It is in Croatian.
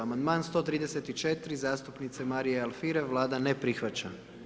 Amandman 134., zastupnice Marije Alfirev, Vlada ne prihvaća.